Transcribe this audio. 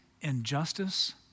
injustice